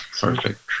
perfect